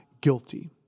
guilty